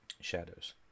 shadows